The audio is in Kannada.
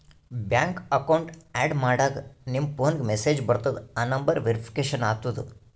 ಬ್ಯಾಂಕ್ ಅಕೌಂಟ್ ಆ್ಯಡ್ ಮಾಡಾಗ್ ನಿಮ್ ಫೋನ್ಗ ಮೆಸೇಜ್ ಬರ್ತುದ್ ಆ ನಂಬರ್ ವೇರಿಫಿಕೇಷನ್ ಆತುದ್